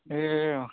ए अँ